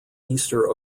easter